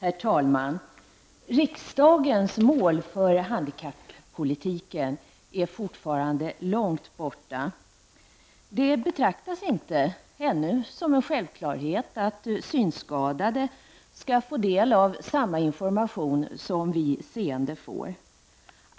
Herr talman! Riksdagens mål för handikappolitiken är fortfarande långt borta. Det betraktas inte ännu som en självklarhet att synskadade skall få del av samma information som vi seende får.